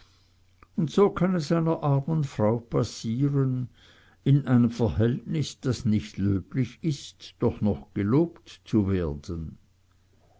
und so kann es einer armen frau passieren in einem verhältnis das nicht löblich ist doch noch gelobt zu werden